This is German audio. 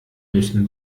müssen